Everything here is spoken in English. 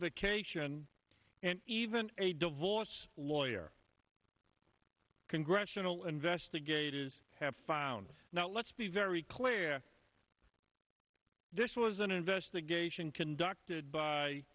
vacation and even a divorce lawyer congressional investigators have found now let's be very clear this was an investigation conducted by